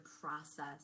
process